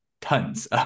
tons